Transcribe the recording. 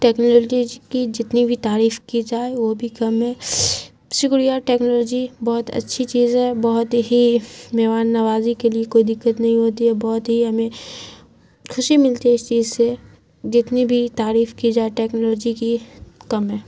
technology کی جتنی بھی تعریف کی جائے وہ بھی کم ہے شکریہ ٹیکنالوجی بہت اچھی چیز ہے بہت ہی مہمان نوازی کے لیے کوئی دقت نہیں ہوتی ہے بہت ہی ہمیں خوشی ملتی ہے اس چیز سے جتنی بھی تعریف کی جائے ٹیکنالوجی کی کم ہے